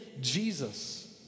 Jesus